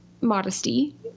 modesty